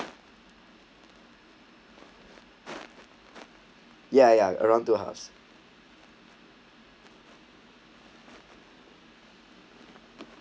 ya ya around to us